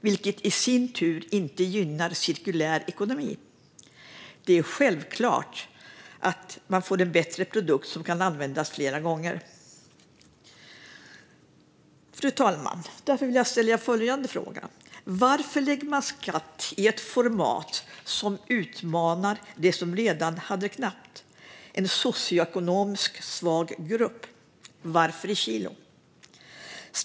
Det i sin tur gynnar inte en cirkulär ekonomi. Det är självklart bättre att en produkt kan användas fler gånger. Fru talman! Därför vill jag ställa följande frågor: Varför inför man en skatt i ett format som utmanar dem som redan har det knappt, en socioekonomiskt svag grupp? Varför beräknas skatten på antalet kilo?